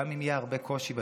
גם אם יהיה הרבה קושי בדרך,